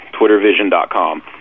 twittervision.com